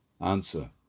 Answer